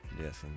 Yes